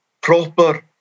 proper